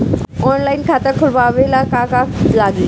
Online खाता खोलबाबे ला का का लागि?